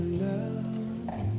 love